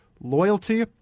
loyalty